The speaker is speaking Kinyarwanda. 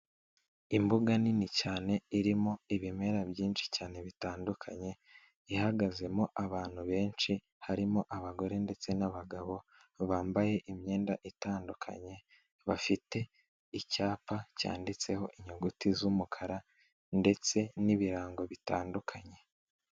Imbuga nini cyane irimo ibimera byinshi cyane bitandukanye, ihagazemo abantu benshi harimo abagore ndetse n'abagabo bambaye imyenda itandukanye, bafite icyapa cyanditseho inyuguti z'umukara ndetse n'ibirango bitandukanye.